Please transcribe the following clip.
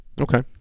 Okay